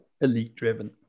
elite-driven